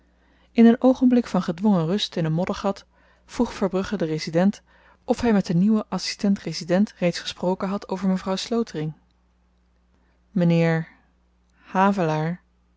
in een oogenblik van gedwongen rust in een moddergat vroeg verbrugge den resident of hy met den nieuwen adsistent resident reeds gesproken had over mevrouw slotering m'nheer havelaar